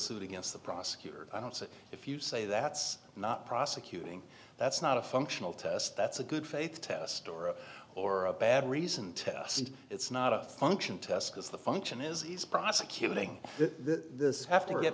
suit against the prosecutor i don't say if you say that's not prosecuting that's not a functional test that's a good faith test or or a bad reason test it's not a function test because the function is he's prosecuting this have to get